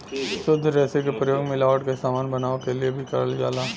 शुद्ध रेसे क प्रयोग मिलावट क समान बनावे क लिए भी करल जाला